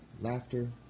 laughter